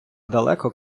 далеко